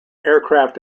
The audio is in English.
aircraft